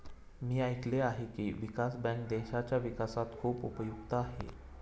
मी ऐकले आहे की, विकास बँक देशाच्या विकासात खूप उपयुक्त आहे